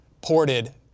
ported